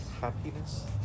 Happiness